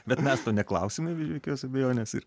bet mes to neklausime be jokios abejonės ir